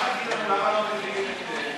למה לא מביאים את חוק